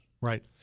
Right